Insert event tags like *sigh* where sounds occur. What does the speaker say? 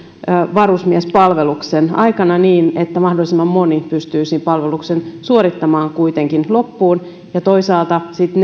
varusmiespalveluksen aikana niin että mahdollisimman moni pystyisi palveluksen suorittamaan kuitenkin loppuun ja miten toisaalta sitten *unintelligible*